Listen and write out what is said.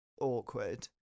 awkward